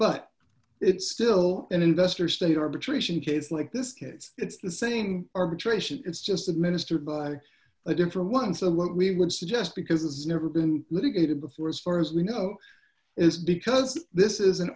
but it's still an investor state arbitration case like this case it's the same arbitration it's just administered by a different one so what we would suggest because it's never been litigated before as far as we know is because this is an